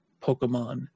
Pokemon